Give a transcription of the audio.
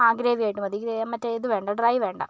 ആ ഗ്രേവിയായിട്ട് മതി മറ്റേ ഇത് വേണ്ടാ ഡ്രൈ വേണ്ട